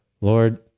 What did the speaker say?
Lord